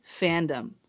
fandom